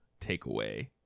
takeaway